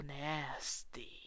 nasty